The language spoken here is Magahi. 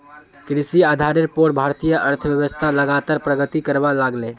कृषि आधारेर पोर भारतीय अर्थ्वैव्स्था लगातार प्रगति करवा लागले